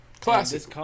classic